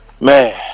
Man